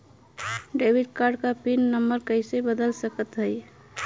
Debit card क PIN number कइसे बदल सकत हई?